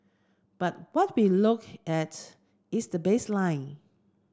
but what we look at is the baseline